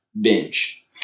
binge